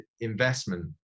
investment